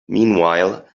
meanwhile